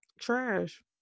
trash